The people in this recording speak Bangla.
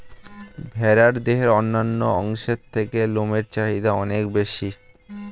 ভেড়ার দেহের অন্যান্য অংশের থেকে লোমের চাহিদা অনেক বেশি